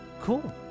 cool